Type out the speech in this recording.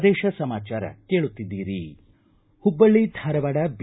ಪ್ರದೇಶ ಸಮಾಚಾರ ಕೇಳುತ್ತಿದ್ದೀರಿ ಹುಬ್ಬಳ್ಳ ಧಾರವಾಡ ಬಿ